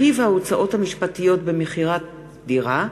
(רכיב ההוצאות המשפטיות במכירת דירה),